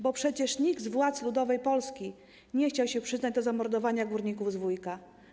Bo przecież nikt z władz Polski Ludowej nie chciał się przyznać do zamordowania górników z Wujka.